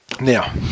Now